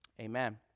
amen